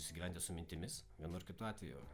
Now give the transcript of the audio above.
susigyventi su mintimis vienu ar kitu atveju